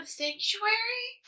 sanctuary